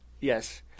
Yes